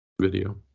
Video